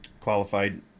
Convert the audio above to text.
Qualified